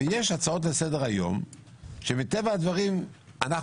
ויש הצעות לסדר-היום שמטבע הדברים אנו